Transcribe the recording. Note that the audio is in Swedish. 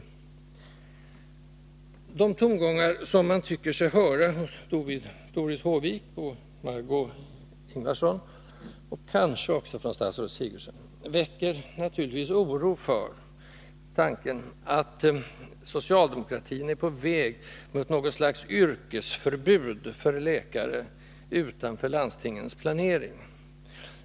De tongångar som man tycker sig höra från Doris Håviks och Margö Ingvardssons sida — och kanske också från statsrådet Sigurdsens — väcker naturligtvis oro för att socialdemokratin är på väg mot något slags yrkesförbud för läkare utanför landstingens planering.